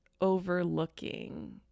overlooking